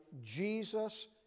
Jesus